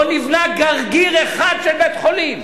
לא נבנה גרגר אחד של בית-חולים.